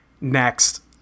Next